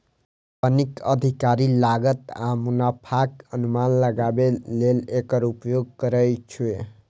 कंपनीक अधिकारी लागत आ मुनाफाक अनुमान लगाबै लेल एकर उपयोग करै छै